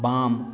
बाम